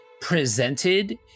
presented